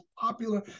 popular